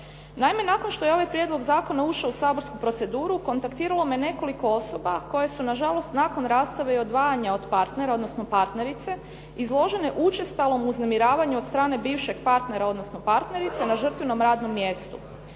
Naime, nakon što je ovaj prijedlog zakona ušao u saborsku proceduru kontaktiralo me nekoliko osoba koje su na žalost nakon rastave i odvajanja od partnera odnosno partnerice izložene učestalom uznemiravanju od strane bivšeg partnera odnosno partnerice na žrtvinom radnom mjestu.